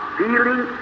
feeling